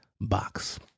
Box